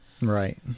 Right